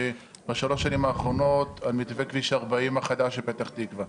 ובשלוש שנים האחרונות על מתווה כביש 40 החדש לפתח תקווה.